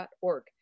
org